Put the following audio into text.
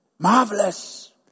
Marvelous